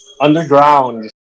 underground